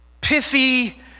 pithy